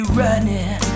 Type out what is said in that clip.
running